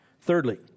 Thirdly